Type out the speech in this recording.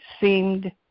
seemed